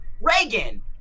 Reagan